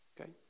Okay